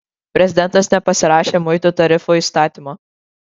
prezidentas nepasirašė muitų tarifų įstatymo